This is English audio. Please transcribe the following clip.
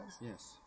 Yes